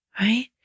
right